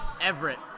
Everett